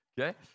Okay